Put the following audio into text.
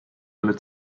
alle